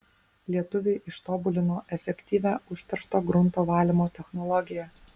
lietuviai ištobulino efektyvią užteršto grunto valymo technologiją